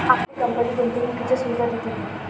आपली कंपनी गुंतवणुकीच्या सुविधा देते का?